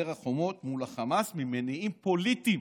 החומות מול החמאס ממניעים פוליטיים.